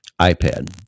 iPad